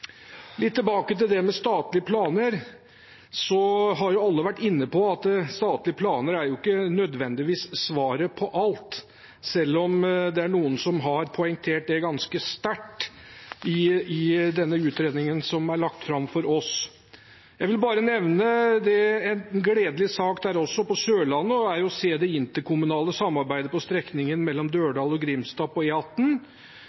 at statlige planer ikke nødvendigvis er svaret på alt – selv om det er noen som har poengtert det ganske sterkt i den utredningen som er lagt fram for oss. Jeg vil bare nevne en gledelig sak fra Sørlandet, nemlig det interkommunale samarbeidet på strekningen Dørdal–Grimstad på E18. Der har Bamble, Kragerø, Gjerstad, Risør, Tvedestrand, Arendal og Grimstad blitt enige om å